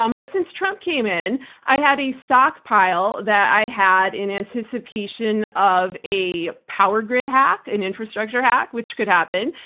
um but since trump came in i had a stockpile that i had in anticipation of a power grid hack, an infrastructure hack, which could happen.